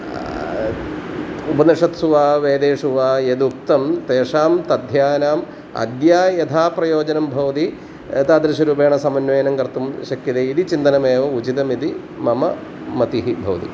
उपनिषशत्सु वा वेदेषु वा यदुक्तं तेषां पद्यानाम् अद्य यथा प्रयोजनं भवति तादृशरूपेण समन्वयनं कर्तुं शक्यते इति चिन्तनमेव उचितमिति मम मतिः भवति